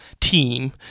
team